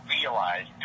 realize